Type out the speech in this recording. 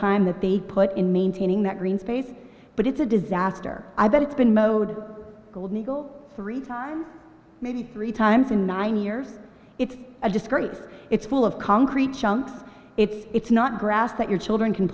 time that they put in maintaining that green space but it's a disaster i bet it's been mowed golden eagle three maybe three times in nine years it's a disgrace it's full of concrete chunks it's it's not grass that your children can